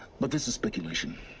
but this is speculation.